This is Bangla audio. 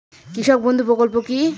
কৃষক বন্ধু প্রকল্প কি?